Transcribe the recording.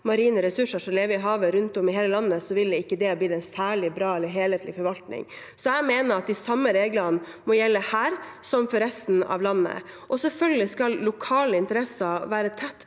marine ressurser som lever i havet rundt om i hele landet, ville det ikke blitt en særlig bra eller helhetlig forvaltning. Jeg mener at de samme reglene må gjelde her som for resten av landet, og selvfølgelig skal lokale interesser være tett